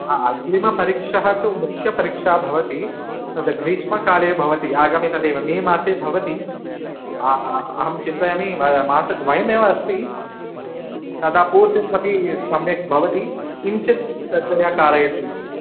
अग्रिमपरीक्षा तु मुख्यपरीक्षा भवति तत् ग्रीष्मकाले भवति आगामी तदेव मे मासे भवति अहं चिन्तयामि म मासद्वयमेव अस्ति तदा पोर्शन् अपि सम्यक् भवति किञ्चित् सज्जया कारयतु इति